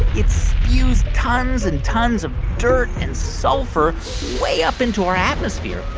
it spews tons and tons of dirt and sulfur way up into our atmosphere,